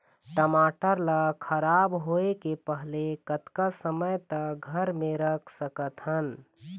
टमाटर ला खराब होय के पहले कतका समय तक घर मे रख सकत हन?